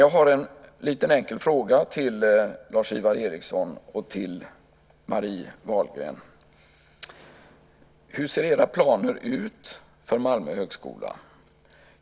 Jag har en liten enkel fråga till Lars-Ivar Ericson och Marie Wahlgren. Hur ser era planer ut för Malmö högskola?